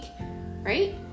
Right